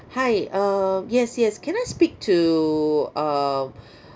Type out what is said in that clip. hi err yes yes can I speak to err